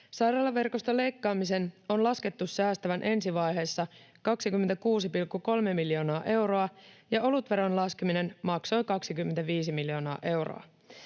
Sairaalaverkosta leikkaamisen on laskettu säästävän ensivaiheessa 26,3 miljoonaa euroa, ja olutveron laskeminen maksoi 25 miljoonaa euroa.